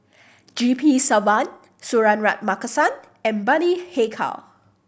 G P Selvam Suratman Markasan and Bani Haykal